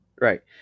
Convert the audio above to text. Right